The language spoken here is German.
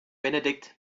benedikt